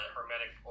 Hermetic